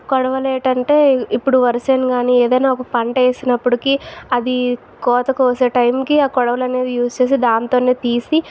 కొడవలి ఏమీటంటే ఇప్పుడు వరిసేను కానీ ఏదైనా ఒక పంట వేసినప్పుడుకి అది కోత కోసే టైమ్కి ఆ కొడవలి అనేది యూజ్ చేసి దానితోనే తీసి